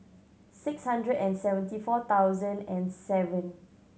six hundred and seventy four thousand and seven